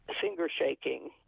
finger-shaking